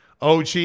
OG